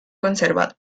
conservado